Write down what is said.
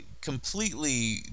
completely